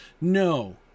no